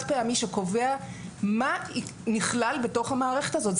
פעמי שקובע מה נכלל בתוך המערכת הזאת.